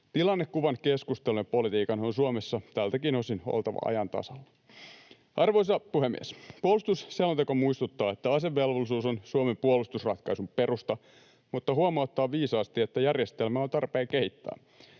Tilannekuvan, keskustelun ja politiikan on Suomessa tältäkin osin oltava ajan tasalla. Arvoisa puhemies! Puolustusselonteko muistuttaa, että asevelvollisuus on Suomen puolustusratkaisun perusta, mutta huomauttaa viisaasti, että järjestelmää on tarpeen kehittää.